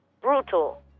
brutal